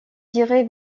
dirai